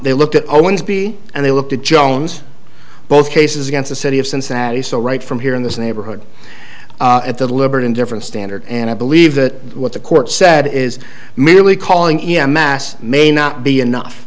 they looked at o m b and they looked at jones both cases against the city of cincinnati so right from here in this neighborhood at the deliberate indifference standard and i believe that what the court said is merely calling it a mass may not be enough